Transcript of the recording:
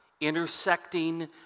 intersecting